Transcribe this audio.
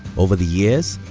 over the years,